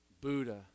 buddha